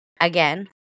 again